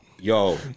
yo